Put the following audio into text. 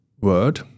word